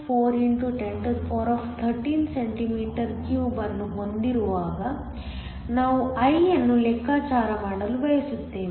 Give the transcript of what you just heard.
4 x 1013 cm 3 ಅನ್ನು ಹೊಂದಿರುವಾಗ ನಾವು I ಅನ್ನು ಲೆಕ್ಕಾಚಾರ ಮಾಡಲು ಬಯಸುತ್ತೇವೆ